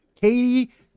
Katie